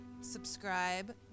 Subscribe